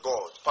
God